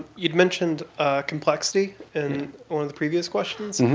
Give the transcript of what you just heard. you'd mentioned complexity in one of the previous questions.